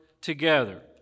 together